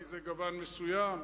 כי זה גוון מסוים,